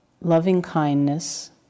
loving-kindness